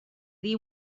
ddi